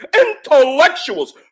intellectuals